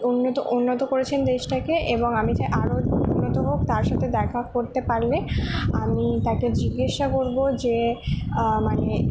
উন্নীত উন্নত করেছেন দেশটাকে এবং আমি চাই আরও উন্নত হোক তার সাথে দেখা করতে পারলে আমি তাকে জিজ্ঞেস করবো যে মানে